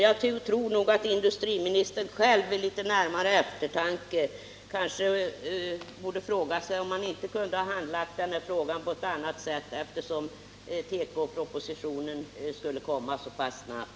Jag tror nog att industriministern själv vid litet närmare eftertanke kanske borde fråga sig, om han inte kunde ha handlagt denna fråga på ett annat sätt, eftersom tekopropositionen skulle komma så pass snabbt.